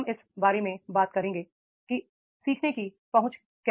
हम इस बारे में बात करेंगे कि सीखने की पहुंच कैसे है